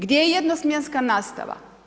Gdje je jednosmjenska nastava?